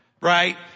right